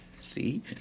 See